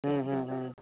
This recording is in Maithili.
ह्म्म ह्म्म ह्म्म